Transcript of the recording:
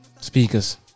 Speakers